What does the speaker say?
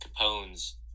Capone's